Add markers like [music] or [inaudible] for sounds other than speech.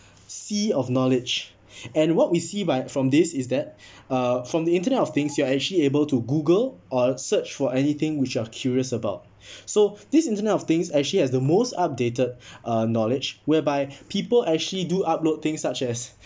sea of knowledge [breath] and what we see by from this is that [breath] uh from the internet of things you are actually able to google or search for anything which you are curious about [breath] so this internet of things actually has the most updated [breath] uh knowledge whereby people actually do upload things such as